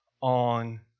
on